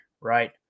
right